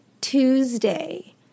Tuesday